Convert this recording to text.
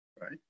right